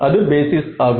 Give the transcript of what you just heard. அது பேசிஸ் ஆகும்